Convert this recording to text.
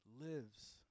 lives